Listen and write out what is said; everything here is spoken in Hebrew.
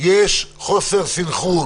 יש חוסר סנכרון